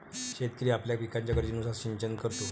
शेतकरी आपल्या पिकाच्या गरजेनुसार सिंचन करतो